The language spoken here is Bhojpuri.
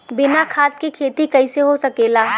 बिना खाद के खेती कइसे हो सकेला?